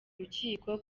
urukiko